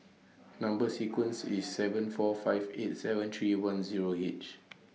Number sequence IS seven four five eight seven three one Zero H